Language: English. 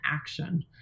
action